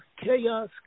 chaos